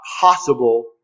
possible